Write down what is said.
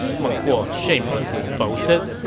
meng huo shamelessly boasted.